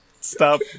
stop